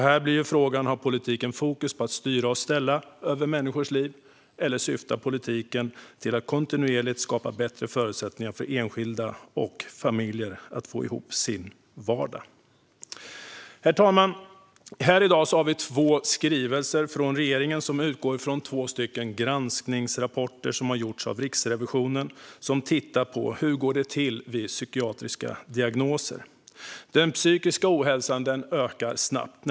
Här blir frågan om politiken har fokus på att styra och ställa över människors liv eller om politiken syftar till att kontinuerligt skapa bättre förutsättningar för enskilda och familjer att få ihop sin vardag. Herr talman! Här i dag har vi två skrivelser från regeringen som utgår från två granskningsrapporter som gjorts av Riksrevisionen där man tittat på hur det går till vid psykiatriska diagnoser. Den psykiska ohälsan ökar snabbt.